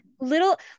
little